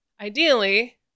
ideally